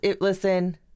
listen